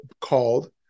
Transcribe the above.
called